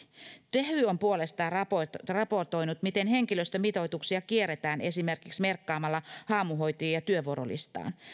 tehy on puolestaan raportoinut miten henkilöstömitoituksia kierretään esimerkiksi merkkaamalla haamuhoitajia työvuorolistaan